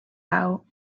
out